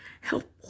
Help